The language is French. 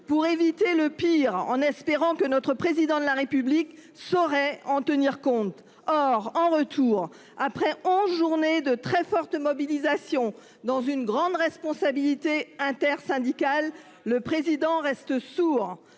pour éviter le pire. Ils espéraient que le Président de la République saurait en tenir compte. Or, en retour, après onze journées de très forte mobilisation dans une grande responsabilité intersyndicale, il reste sourd.